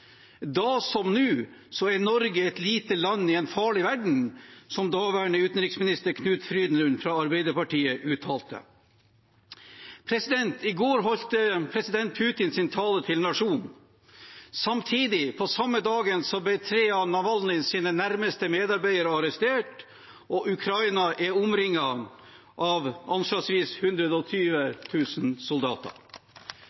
Da som nå er Norge et lite land i en farlig verden, som tidligere utenriksminister Knut Frydenlund fra Arbeiderpartiet uttalte. I går holdt president Putin sin tale til nasjonen. Samtidig, på samme dag, ble tre av Navalnyjs nærmeste medarbeidere arrestert, og Ukraina er omringet av anslagsvis